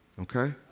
Okay